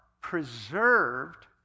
preserved